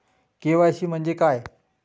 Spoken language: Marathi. के.वाय.सी म्हंजे काय?